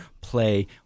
play